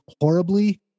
horribly